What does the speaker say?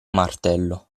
martello